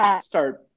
Start